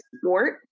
sport